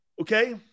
Okay